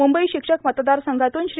मुंबई शिक्षक मतदार संघातून श्री